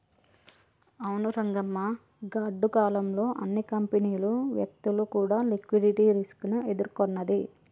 అవును రంగమ్మ గాడ్డు కాలం లో అన్ని కంపెనీలు వ్యక్తులు కూడా లిక్విడిటీ రిస్క్ ని ఎదుర్కొన్నది